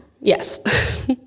yes